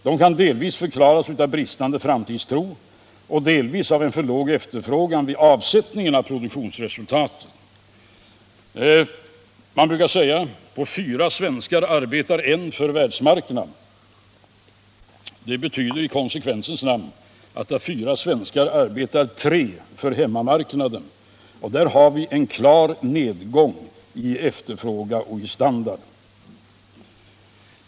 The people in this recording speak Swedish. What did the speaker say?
De kan delvis förklaras av bristande framtidstro och delvis av en för låg efterfrågan vid avsättningen av produktionsresultat. Man brukar säga: På fyra svenskar arbetar en för världsmarknaden. Det betyder i konsekvensens namn att av fyra svenskar arbetar tre för hemmamarknaden. Och där har vi en klar nedgång i efterfrågan och i standard.